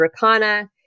Rakana